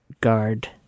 guard